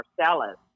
Marcellus